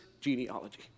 genealogy